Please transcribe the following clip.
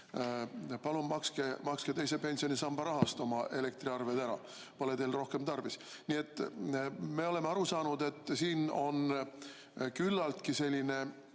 palun makske teise pensionisamba rahast oma elektriarved ära, pole teil rohkem tarvis! Nii et me oleme aru saanud, et siin on küllaltki liigendatud